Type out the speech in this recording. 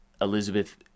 Elizabeth